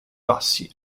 bassi